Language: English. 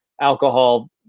alcohol